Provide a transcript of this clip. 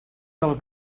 del